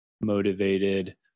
motivated